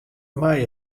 mei